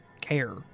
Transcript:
care